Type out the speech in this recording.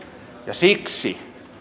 siksi